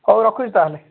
ହଉ ରଖୁଛି ତାହାଲେ